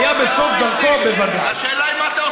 היה בסוף דרכו, בוודאי.